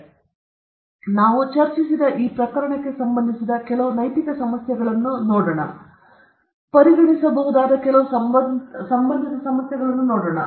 ಆದ್ದರಿಂದ ನಾವು ಚರ್ಚಿಸಿದ ಈ ಪ್ರಕರಣಕ್ಕೆ ಸಂಬಂಧಿಸಿದ ಕೆಲವು ನೈತಿಕ ಸಮಸ್ಯೆಗಳನ್ನು ಮತ್ತು ಈ ಸಂದರ್ಭದಲ್ಲಿ ನಾವು ಪರಿಗಣಿಸಬಹುದಾದ ಕೆಲವು ಸಂಬಂಧಿತ ಸಮಸ್ಯೆಗಳನ್ನು ನೋಡೋಣ